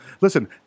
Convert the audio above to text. listen